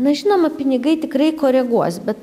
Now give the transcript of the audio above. na žinoma pinigai tikrai koreguos bet